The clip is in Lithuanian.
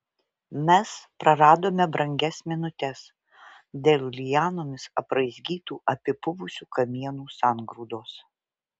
mes praradome brangias minutes dėl lianomis apraizgytų apipuvusių kamienų sangrūdos